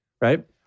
right